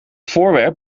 voorwerp